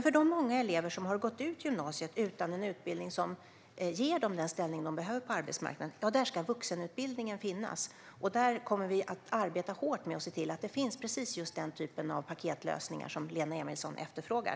För de unga elever som har gått ut gymnasiet utan en utbildning som ger dem den ställning som de behöver på arbetsmarknaden ska vuxenutbildningen finnas, och där kommer vi att arbeta hårt med att se till att det finns precis just den typen av paketlösningar som Lena Emilsson efterfrågar.